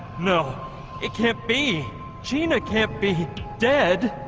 no it can't be gina can't be dead